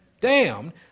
Damned